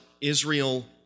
Israel